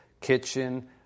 kitchen